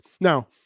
now